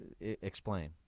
Explain